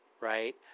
Right